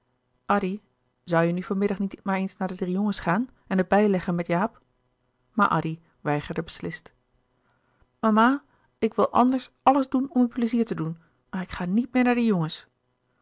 addy zoû je nu van middag niet maar eens naar de drie jongens gaan en het bijleggen met jaap maar addy weigerde beslist mama ik wil anders alles doen om u pleizier te doen maar ik ga niet meer naar die jongens